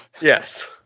Yes